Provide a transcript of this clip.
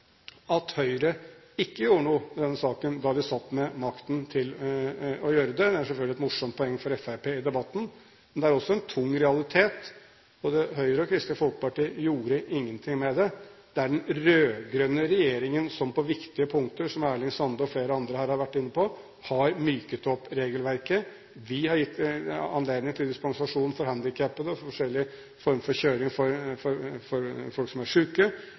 at Høyre ikke gjorde noe i denne saken da de satt med makten til å gjøre det. Det er selvfølgelig et morsomt poeng for Fremskrittspartiet i debatten, men det er også en tung realitet. Verken Høyre eller Kristelig Folkeparti gjorde noe med det. Det er den rød-grønne regjeringen som på viktige punkter – som Erling Sande og flere andre her har vært inne på – har myket opp regelverket. Vi har gitt anledning til dispensasjon for handikappede og for forskjellige former for kjøring for folk som er